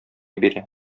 бирә